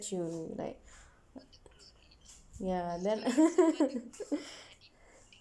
she'll like ya then